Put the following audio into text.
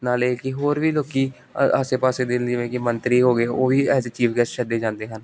ਨਾਲੇ ਕਿ ਹੋਰ ਵੀ ਲੋਕ ਆਸੇ ਪਾਸੇ ਦੇ ਜਿਵੇਂ ਕਿ ਮੰਤਰੀ ਹੋ ਗਏ ਉਹ ਵੀ ਐਜ ਏ ਚੀਫ ਗੈਸਟ ਸੱਦੇ ਜਾਂਦੇ ਹਨ